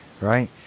Right